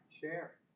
Share